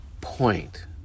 point